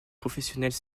professionnels